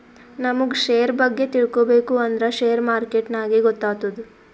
ನಮುಗ್ ಶೇರ್ ಬಗ್ಗೆ ತಿಳ್ಕೋಬೇಕು ಅಂದ್ರ ಶೇರ್ ಮಾರ್ಕೆಟ್ ನಾಗೆ ಗೊತ್ತಾತ್ತುದ